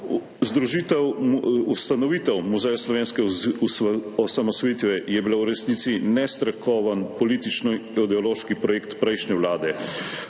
nasprotna. Ustanovitev Muzeja slovenske osamosvojitve je bila v resnici nestrokoven, političnoideološki projekt prejšnje vlade.